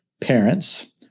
parents